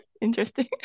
interesting